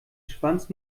schwanz